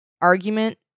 argument